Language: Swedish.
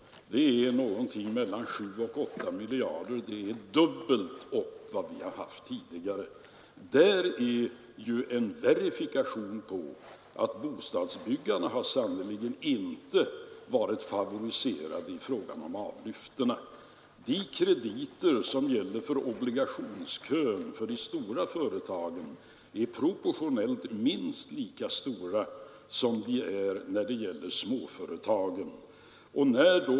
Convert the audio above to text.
Det är någonting mellan 7 och 8 miljarder — och det är dubbelt upp mot vad vi har haft tidigare. Där är ju en verifikation på att bostadsbyggarna sannerligen inte har varit favoriserade i fråga om avlyften. De krediter som gäller för obligationskön för de stora företagen är proportionellt minst lika stora som de är när det gäller småföretagen.